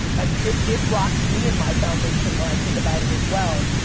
and it it rocks me in my foundation when i think about it as well.